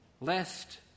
lest